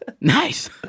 Nice